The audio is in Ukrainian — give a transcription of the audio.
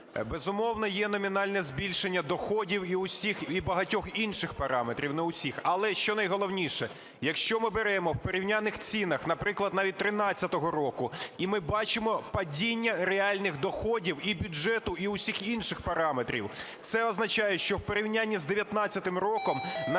Безумовно, є номінальне збільшення доходів і усіх, і багатьох інших параметрів, не усіх. Але, що найголовніше, якщо ми беремо в порівняльних цінах, наприклад, навіть 13-го року, і ми бачимо падіння реальних доходів і бюджету, і усіх інших параметрів, це означає, що в порівнянні з 19-м роком на